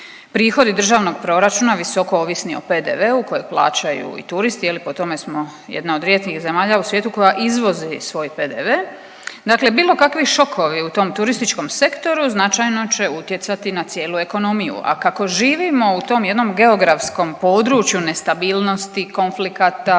prihodi državnog proračuna visoko ovisni o PDV-u kojeg plaćaju i turisti, je li, po tome smo jedna od rijetkih zemalja u svijetu koje izvozi svoj PDV, dakle bilo kakvi šokovi u tom turističkom sektoru značajno će utjecati na cijelu ekonomiju, a kako živimo u tom jednom geografskom području nestabilnosti, konflikata,